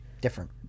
Different